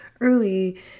early